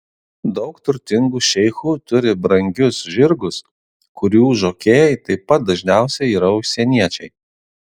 daug turtingų šeichų turi brangius žirgus kurių žokėjai taip pat dažniausiai yra užsieniečiai